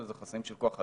אלא חסמים של כוח אדם.